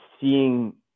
seeing